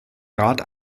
rat